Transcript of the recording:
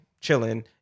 chilling